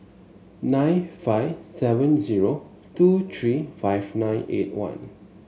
nine five seven zero two three five nine eight one